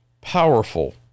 powerful